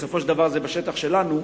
בסופו של דבר זה בשטח שלנו,